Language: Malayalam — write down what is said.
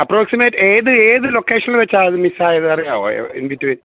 അപ്രോക്സിമേറ്റ് ഏത് ഏത് ലൊക്കേഷന്ൽ വെച്ചാണ് അത് മിസ്സ് ആയത് അറിയാമോ ഇന് ബിറ്റ്വീന്